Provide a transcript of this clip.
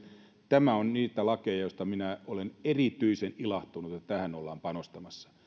tämä on niitä lakeja joista minä olen erityisen ilahtunut että näihin ollaan panostamassa